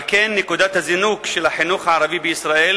על כן נקודת הזינוק של החינוך הערבי בישראל